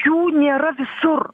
jų nėra visur